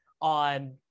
on